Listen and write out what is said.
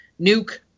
Nuke